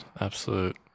Absolute